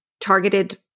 targeted